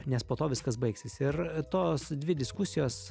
nes po to viskas baigsis ir tos dvi diskusijos